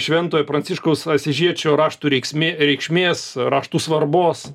šventojo pranciškaus asyžiečio raštų reiksmė reikšmės raštų svarbos